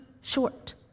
short